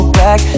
back